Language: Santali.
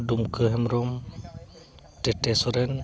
ᱫᱩᱢᱠᱟᱹ ᱦᱮᱢᱵᱨᱚᱢ ᱴᱮᱴᱮ ᱥᱚᱨᱮᱱ